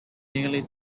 nearly